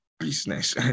Business